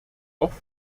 oft